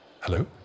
Hello